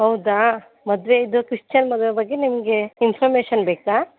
ಹೌದಾ ಮದುವೆ ಇದು ಕ್ರಿಶ್ಚನ್ ಮದುವೆ ಬಗ್ಗೆ ನಿಮಗೆ ಇನ್ಫಾರ್ಮೇಷನ್ ಬೇಕಾ